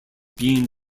being